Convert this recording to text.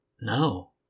No